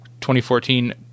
2014